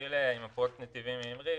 נתחיל עם פרויקט נתיבים מהירים,